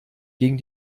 gegen